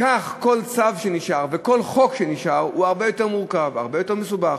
כך כל צו שנשאר וכל חוק שנשאר הוא הרבה יותר מורכב והרבה יותר מסובך,